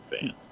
fan